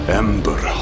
ember